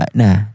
nah